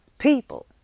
people